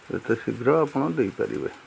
ଯେତେ ଶୀଘ୍ର ଆପଣ ଦେଇପାରିବେ